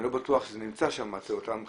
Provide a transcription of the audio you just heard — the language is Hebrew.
אני לא בטוח שזה נמצא שם אצל אותן חברות.